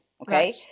okay